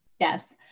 Yes